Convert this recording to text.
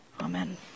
Amen